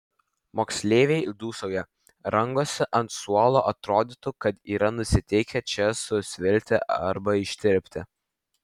moksleiviai dūsauja rangosi ant suolo atrodytų kad yra nusiteikę čia susvilti arba ištirpti